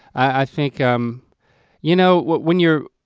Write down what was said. i think um you know when you're.